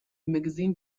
magazine